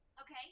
Okay